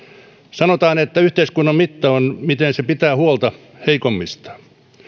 sanotaan että yhteiskunnan mitta on se miten se pitää huolta heikommistaan